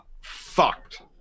fucked